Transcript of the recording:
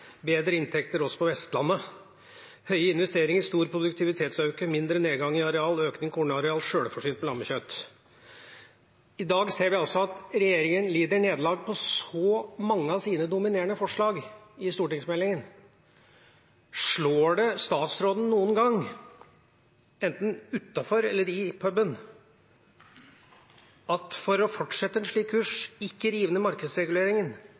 bedre inntekter også på Vestlandet, høye investeringer, stor produktivitetsøkning, mindre nedgang i areal, økende kornareal, sjølforsynt med lammekjøtt. I dag ser vi altså at regjeringa lider nederlag på svært mange av sine dominerende forslag i stortingsmeldinga. Slår det statsråden noen gang, enten utenfor eller i puben, at ikke å fortsette en slik kurs – ikke rive ned markedsreguleringen,